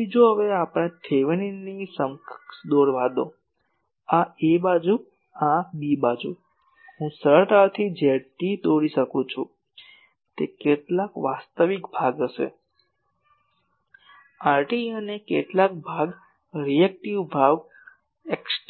તેથી જો હવે આપણે થેવેનિનની સમકક્ષ દોરવા દો તો આ a બાજુ આ b બાજુ હું સરળતાથી ZT દોરી શકું છું તે કેટલાક વાસ્તવિક ભાગ હશે RT અને કેટલાક ભાગ રીએક્ટીવ ભાગ XT